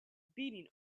beating